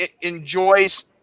enjoys